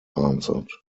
answered